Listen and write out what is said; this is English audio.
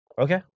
Okay